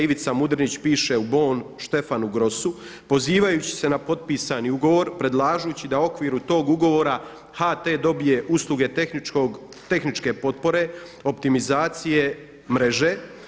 Ivica Mudrinić piše u Bonn Štefanu Grosu, pozivajući se na potpisani ugovor predlažući da u okviru tog ugovora HT dobije usluge tehničke potpore, optimizacije mreže.